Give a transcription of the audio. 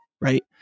right